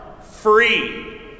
free